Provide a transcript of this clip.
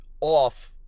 off